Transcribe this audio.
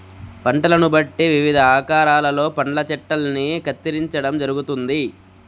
పంటలను బట్టి వివిధ ఆకారాలలో పండ్ల చెట్టల్ని కత్తిరించడం జరుగుతుంది